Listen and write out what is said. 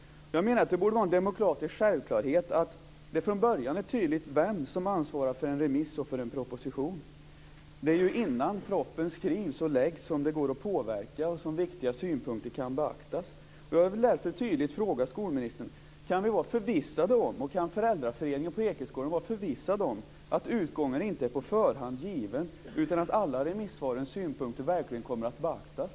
Jag menar att det borde vara en demokratisk självklarhet att det från början är tydligt vem som ansvarar för en remiss och för en proposition. Det är ju innan propositionen skrivs och läggs fram som det går att påverka och som viktiga synpunkter kan beaktas. Jag vill därför tydligt fråga skolministern om vi och föräldraföreningen på Ekeskolan kan vara förvissade om att utgången inte är på förhand given, utan att alla remissvarens synpunkter verkligen kommer att beaktas.